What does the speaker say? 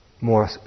more